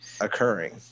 occurring